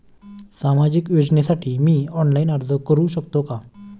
सामाजिक योजनेसाठी मी ऑनलाइन अर्ज करू शकतो का?